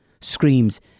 screams